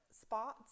spots